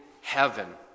heaven